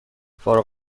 فارغ